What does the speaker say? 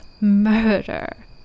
murder